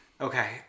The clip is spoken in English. Okay